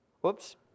Whoops